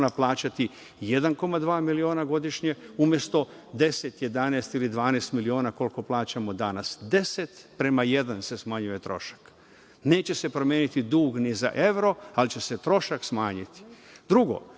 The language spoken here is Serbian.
plaćati 1,2 miliona godišnje, umesto 10, 11 ili 12 miliona, koliko plaćamo danas. Trošak se smanjuje 10 prema jedan. Neće se promeniti dug ni za evro, ali će se trošak smanjiti. Drugo,